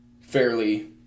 fairly